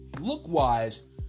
look-wise